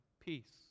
Peace